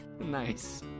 Nice